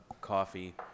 coffee